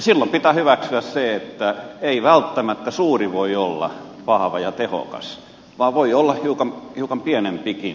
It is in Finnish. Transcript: silloin pitää hyväksyä se että ei välttämättä suuri voi olla vahva ja tehokas vaan voi olla hiukan pienempikin